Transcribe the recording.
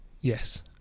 Yes